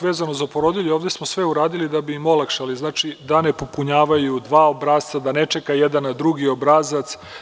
Vezano za porodilje, ovde smo sve uradili da bi im olakšali, znači, da ne popunjavaju dva obrasca, da ne čekaju jedan na drugi obrazac.